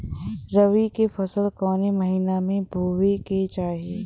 रबी की फसल कौने महिना में बोवे के चाही?